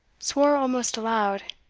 swore almost aloud,